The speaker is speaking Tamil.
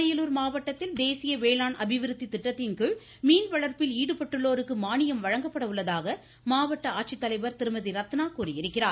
அரியலூர் மாவட்டத்தில் தேசிய வேளாண் அபிவிருத்தி திட்டத்தின் கீழ் மீன்வளர்ப்பில் ஈடுபட்டுள்ளோருக்கு மானியம் வழங்கப்பட உள்ளதாக மாவட்ட ஆட்சித்தலைவா் திருமதி ரத்னா கூறியிருக்கிறார்